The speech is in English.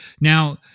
Now